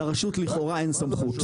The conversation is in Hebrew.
לרשות לכאורה אין סמכות.